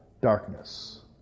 darkness